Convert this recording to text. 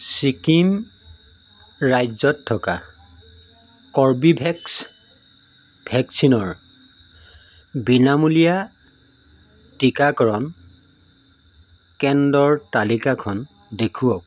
ছিকিম ৰাজ্যত থকা কৰ্বীভেক্স ভেকচিনৰ বিনামূলীয়া টিকাকৰণ কেন্দ্ৰৰ তালিকাখন দেখুৱাওক